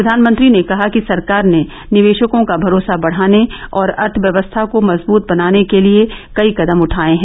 प्रधानमंत्री ने कहा कि सरकार ने निवेशकों का भरोसा बढ़ाने और अर्थव्यवस्था को मजबूत बनाने के लिए कई कदम उठाये हैं